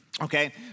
Okay